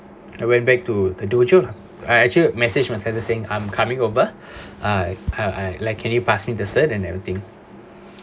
I went back to the dojo lah I actually message when send this thing I'm coming over I I I like can you pass me the cert and everything